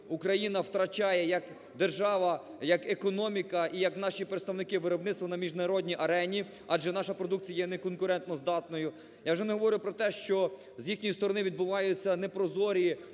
Україна втрачає як держава, як економіка і як наші представники виробництво на міжнародній арені, адже наша продукція є не конкурентоздатною. Я вже не говорю про те, що з їхньої сторони відбуваються непрозорі